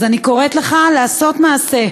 אז אני קוראת לך לעשות מעשה.